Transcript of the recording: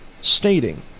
stating